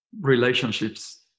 relationships